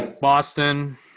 Boston